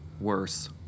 worse